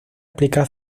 explicar